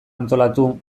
antolatu